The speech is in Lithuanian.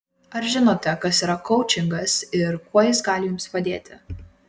ar žinote kas yra koučingas ir kuo jis gali jums padėti